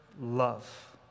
love